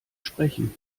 sprechen